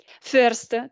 First